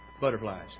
butterflies